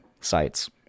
sites